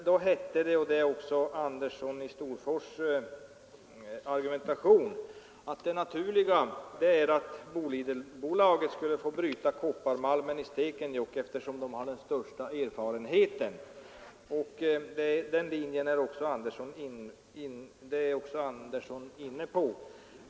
Då hette det — och så argumenterar herr Andersson i Storfors även nu — att det naturliga är att Bolidenbolaget får bryta kopparmalmen i Stekenjokk eftersom bolaget har den största erfarenheten.